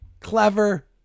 Clever